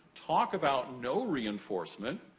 talk about no reinforcement.